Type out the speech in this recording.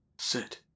sit